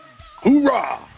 Hoorah